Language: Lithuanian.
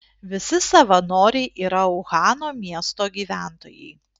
visi savanoriai yra uhano miesto gyventojai